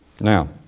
Now